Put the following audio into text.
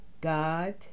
God